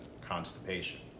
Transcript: constipation